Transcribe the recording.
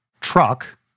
truck